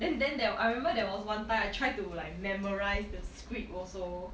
then then there I remember there was one time I try to like memorise the script also